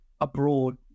abroad